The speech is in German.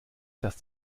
dass